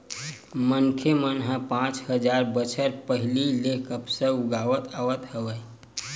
मनखे मन पाँच हजार बछर पहिली ले कपसा उगावत आवत हवय